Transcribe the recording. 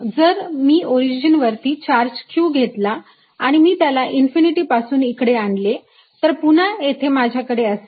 जर मी ओरिजिनल वरती चार्ज q घेतला आणि मी त्याला इन्फिनिटी पासून इकडे आणले तर पुन्हा येथे माझ्याकडे असेल